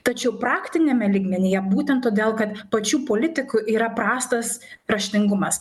tačiau praktiniame lygmenyje būtent todėl kad pačių politikų yra prastas raštingumas